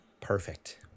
Perfect